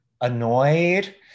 Annoyed